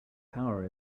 power